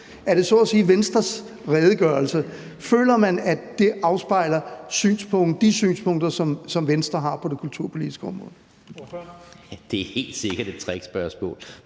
Er det så at sige Venstres redegørelse? Føler man, at det afspejler de synspunkter, som Venstre har på det kulturpolitiske område? Kl. 11:56 Første næstformand